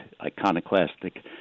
iconoclastic